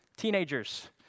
Teenagers